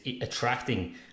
attracting